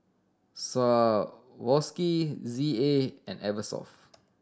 Swarovski Z A and Eversoft